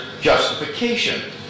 justification